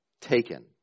Taken